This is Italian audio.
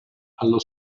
allo